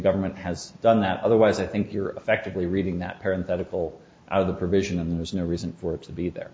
government has done that otherwise i think you're actively reading that parent poll out of the provision and there's no reason for it to be there